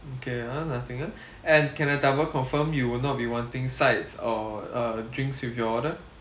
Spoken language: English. okay ah nothing ah and can I double confirm you will not be wanting sides or uh drinks with your order